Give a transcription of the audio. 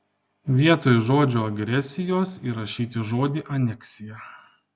vietoj žodžio agresijos įrašyti žodį aneksija